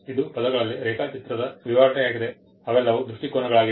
ಇದು ಪದಗಳಲ್ಲಿ ರೇಖಾಚಿತ್ರದ ವಿವರಣೆಯಾಗಿದೆ ಅವೆಲ್ಲವೂ ದೃಷ್ಟಿಕೋನಗಳಾಗಿವೆ